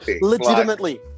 Legitimately